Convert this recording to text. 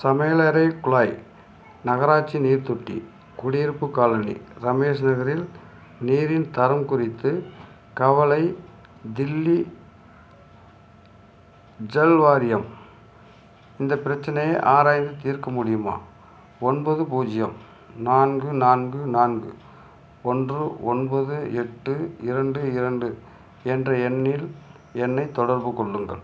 சமையலறை குழாய் நகராட்சி நீர்த் தொட்டி குடியிருப்பு காலனி ரமேஷ் நகரில் நீரின் தரம் குறித்து கவலை தில்லி ஜல் வாரியம் இந்த பிரச்சனையை ஆராய்ந்து தீர்க்க முடியுமா ஒன்பது பூஜ்யம் நான்கு நான்கு நான்கு ஒன்று ஒன்பது எட்டு இரண்டு இரண்டு என்ற எண்ணில் என்னைத் தொடர்பு கொள்ளுங்கள்